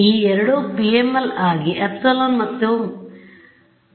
ಈ ಎರಡೂ PML ಗಾಗಿ ε ಮತ್ತು μ ನ ಒಂದೇ ಮೌಲ್ಯಗಳನ್ನು ನೀಡುತ್ತವೆ